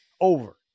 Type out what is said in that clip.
Over